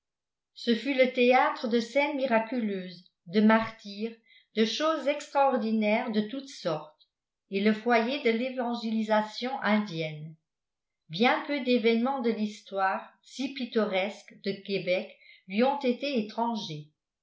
ce fut le théâtre de scènes miraculeuses de martyres de choses extraordinaires de toutes sortes et le foyer de l'évangélisation indienne bien peu d'événements de l'histoire si pittoresque de québec lui ont été étrangers